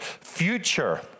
Future